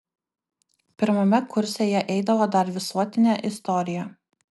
pirmame kurse jie eidavo dar visuotinę istoriją